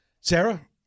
sarah